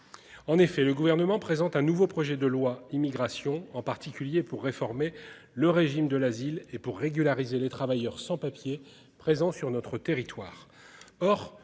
En effet, le gouvernement présente un nouveau projet de loi immigration en particulier pour réformer le régime de l'asile et pour régulariser les travailleurs sans papiers présents sur notre territoire.